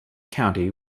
county